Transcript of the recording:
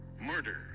Murder